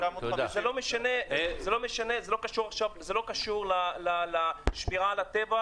זה לא קשור לשמירה על הטבע,